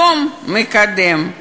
היום המקדם הוא